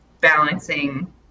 balancing